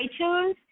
iTunes